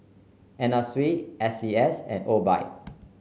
Anna Sui S C S and Obike